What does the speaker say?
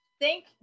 thank